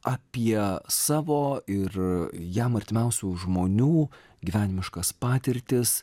apie savo ir jam artimiausių žmonių gyvenimiškas patirtis